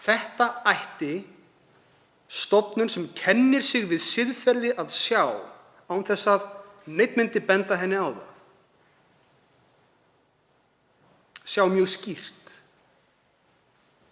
Það ætti stofnun sem kennir sig við siðferði að sjá án þess að neinn bendi henni á það, og sjá það mjög skýrt.